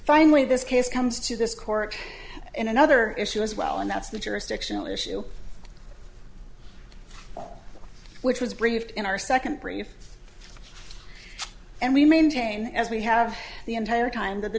finally this case comes to this court in another issue as well and that's the jurisdictional issue which was briefed in our second brief and we maintain as we have the entire time that the